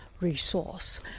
resource